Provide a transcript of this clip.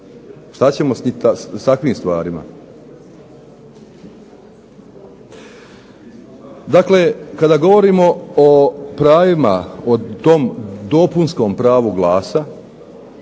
Šta ćemo s takvim stvarima? Dakle, kada govorimo o pravima, o tom dopunskom pravu glasa